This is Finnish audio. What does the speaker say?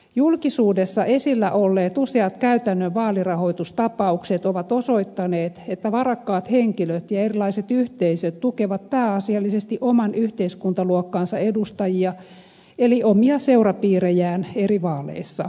julkisuudessa esillä olleet useat käytännön vaalirahoitustapaukset ovat osoittaneet että varakkaat henkilöt ja erilaiset yhteisöt tukevat pääasiallisesti oman yhteiskuntaluokkansa edustajia eli omia seurapiirejään eri vaaleissa